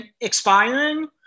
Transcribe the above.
expiring